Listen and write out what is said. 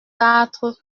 quatre